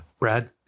Brad